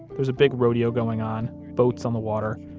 there's a big rodeo going on, boats on the water,